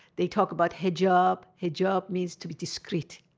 they talk about hijab hijab means to be discrete,